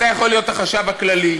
אתה יכול להיות החשב הכללי,